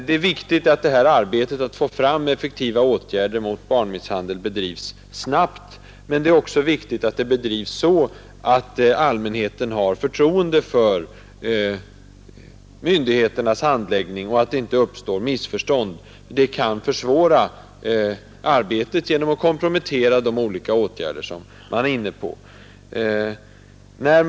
Det är viktigt att arbetet med att få fram effektiva åtgärder mot barnmisshandel bedrivs snabbt, men det är också viktigt att det bedrivs så att allmänheten har förtroende för myndigheternas handläggning och att det inte uppstår missförstånd. Annars kan arbetet försvåras, och de olika åtgärder som övervägs komprometteras i onödan.